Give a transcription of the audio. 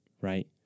right